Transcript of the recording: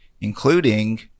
including